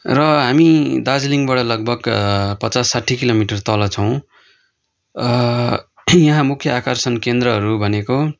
र हामी दार्जिलिङबाट लगभग पचास साठी किलोमिटर तल छौँ यहाँ मुख्य आकर्षण केन्द्रहरू भनेको